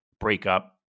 breakup